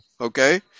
okay